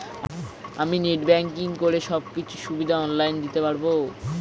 আমি net banking করে সব কিছু সুবিধা অন লাইন দিতে পারবো?